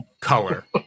color